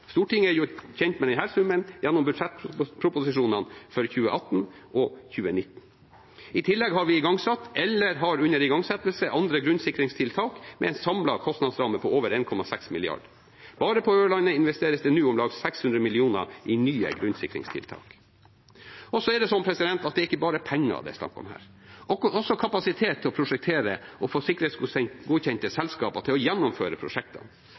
Stortinget er gjort kjent med denne summen gjennom budsjettproposisjonene for 2018 og 2019. I tillegg har vi igangsatt, eller har under igangsettelse, andre grunnsikringstiltak med en samlet kostnadsramme på over 1,6 mrd. kr. Bare på Ørland investeres det nå om lag 600 mill. kr i nye grunnsikringstiltak. Så er det ikke bare penger det er snakk om her, men også kapasitet til å prosjektere og få sikkerhetsgodkjente selskaper til å gjennomføre prosjektene.